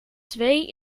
twee